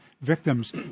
victims